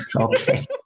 Okay